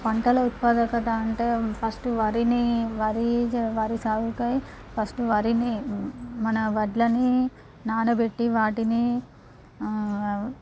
పంటల ఉత్పాదకత అంటే ఫస్ట్ వరిని వరి వరి సాగుకై ఫస్ట్ వరిని మన వడ్లని నానబెట్టి వాటిని